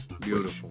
Beautiful